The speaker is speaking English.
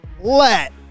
let